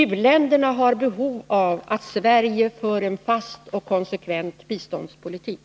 U-länderna har behov av att Sverige för en fast och konsekvent biståndspolitik.